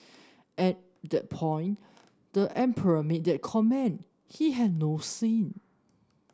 at the point the emperor made that comment he had no sin